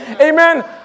Amen